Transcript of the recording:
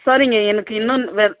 சரிங்க எனக்கு இன்னும் வெ